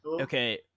Okay